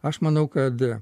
aš manau kad